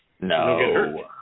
No